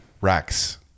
Racks